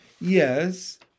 yes